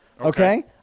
okay